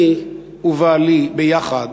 אני ובעלי ביחד,